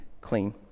clean